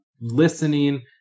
listening